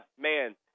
man